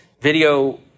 video